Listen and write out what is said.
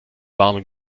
warmen